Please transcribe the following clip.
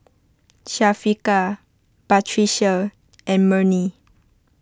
Syafiqah Batrisya and Murni